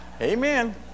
Amen